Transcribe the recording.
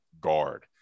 guard